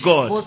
God